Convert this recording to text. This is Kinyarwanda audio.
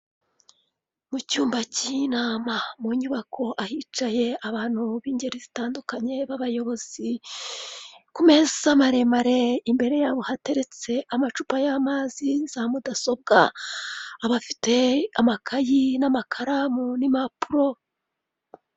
Mu cyumba k'inama mu nyubako ahicaye abantu b'ingeri zitandukanye b'abayobozi ku meza maremare imbere yabo hateretse amacupa y'amazi za mudasbwa. Abafite amakayi n'amakaramu n'impapuro.